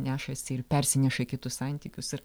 nešasi ir persineša į kitus santykius ir